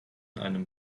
einem